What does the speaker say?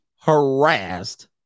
harassed